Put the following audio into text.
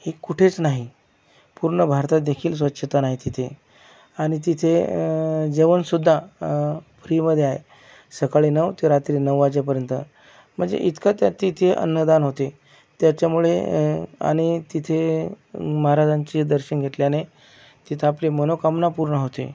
ही कुठेच नाही पूर्ण भारतात देखील स्वच्छता नाही तिथे आणि तिथे जेवणसुद्धा फ्रीमध्ये आहे सकाळी नऊ ते रात्री नऊ वाजेपर्यंत म्हणजे इतकं त्या तिथे अन्नदान होते त्याच्यामुळे आणि तिथे महाराजांचे दर्शन घेतल्याने तिथं आपली मनोकामना पूर्ण होते